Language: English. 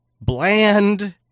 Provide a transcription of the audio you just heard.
bland